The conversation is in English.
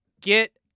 get